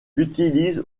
utilise